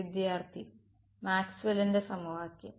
വിദ്യാർത്ഥി മാക്സ്വെല്ലിന്റെ സമവാക്യം